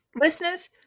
Listeners